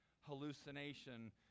hallucination